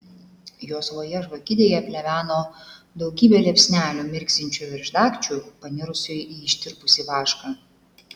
juosvoje žvakidėje pleveno daugybė liepsnelių mirksinčių virš dagčių panirusių į ištirpusį vašką